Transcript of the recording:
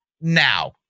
now